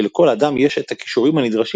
שלכל אדם יש את הכישורים הנדרשים